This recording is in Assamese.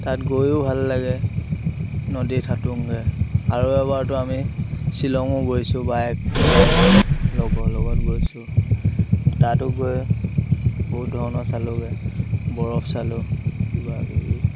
তাত গৈয়ো ভাল লাগে নদীত সাঁতুৰোঁগৈ আৰু এবাৰতো আমি শ্বিলঙো গৈছোঁ বাইক ৰাইডত লগৰ লগত গৈছোঁ তাতো গৈ বহুত ধৰণৰ চালোঁগৈ বৰফ চালোঁ কিবাকিবি